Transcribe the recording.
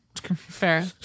Fair